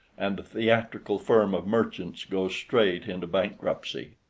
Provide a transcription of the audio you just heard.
and the theatrical firm of merchants goes straight into bankruptcy.